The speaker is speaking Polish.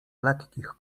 lekkich